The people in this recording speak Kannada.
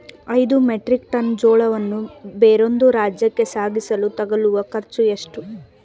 ಐದು ಮೆಟ್ರಿಕ್ ಟನ್ ಜೋಳವನ್ನು ಬೇರೊಂದು ರಾಜ್ಯಕ್ಕೆ ಸಾಗಿಸಲು ತಗಲುವ ಖರ್ಚು ಎಷ್ಟು?